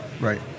Right